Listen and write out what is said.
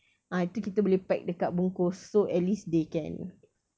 ah tu kita boleh pack dekat bungkus so at least they can